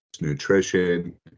nutrition